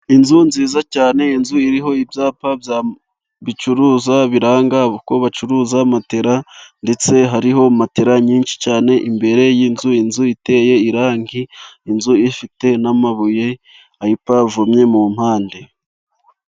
Inzu nziza cyane, inzu iriho ibyapa bicuruza, biranga ko bacuruza matora . Ndetse hariho matora nyinshi cyane imbere y'inzu inzu. Iteye irangi, inzu ifite n'amabuye ayipavumye mu mpande.